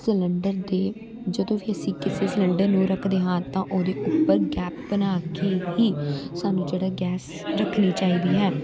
cylinder ਦੇ ਜਦੋਂ ਵੀ ਅਸੀਂ ਕਿਸੇ ਸਿਲੰਡਰ ਨੂੰ ਰੱਖਦੇ ਹਾਂ ਤਾਂ ਉਹਦੇ ਉੱਪਰ ਗੈਪ ਬਣਾ ਕੇ ਹੀ ਸਾਨੂੰ ਜਿਹੜਾ ਗੈਸ ਰੱਖਣੀ ਚਾਹੀਦੀ ਹੈ